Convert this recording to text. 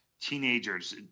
teenagers